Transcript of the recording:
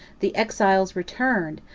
the exiles returned,